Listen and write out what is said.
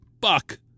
buck